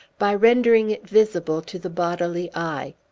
by rendering it visible to the bodily eye.